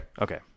Okay